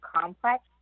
complex